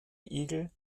eagle